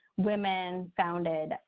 women-founded